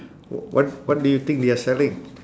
wh~ what do you think they are selling